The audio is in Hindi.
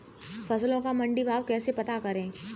फसलों का मंडी भाव कैसे पता करें?